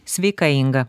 sveika inga